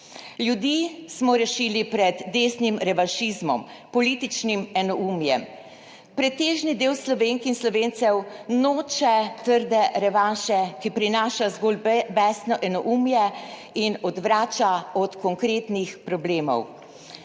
Ljudi smo rešili pred desnim revanšizmom, političnim enoumjem, pretežni del Slovenk in Slovencev noče trde revaše, ki prinaša zgolj besno enoumje in odvrača od konkretnih problemov.